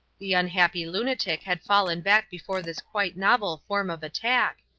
the unhappy lunatic had fallen back before this quite novel form of attack,